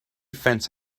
fence